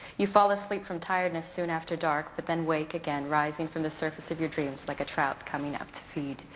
you fall asleep from tiredness soon after dark, but then wake again, rising from the surface of your dreams, like a trout coming up to feed.